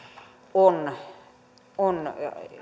on on